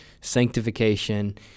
sanctification